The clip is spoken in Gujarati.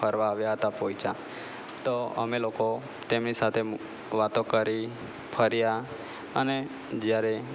ફરવા આવ્યા હતા પોઈચા તો અમે લોકો તેમની સાથે વાતો કરી ફર્યા અને જ્યારે